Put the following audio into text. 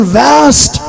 vast